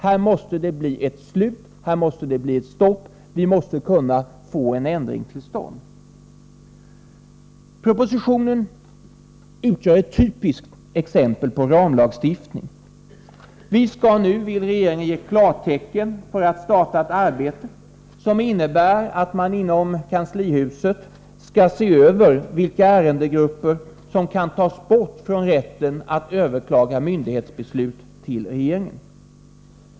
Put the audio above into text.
Här måste det bli ett slut, ett stopp, vi måste kunna få en ändring till stånd. Propositionen utgör ett exempel på en sorts ramlagstiftning. Vi skall nu, vill regeringen, ge klartecken för att starta ett arbete som innebär att man inom kanslihuset skall se över vilka ärendegrupper som kan tas bort från rätten att överklaga myndighetsbeslut till regeringen.